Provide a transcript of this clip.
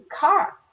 car